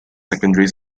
secondary